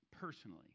personally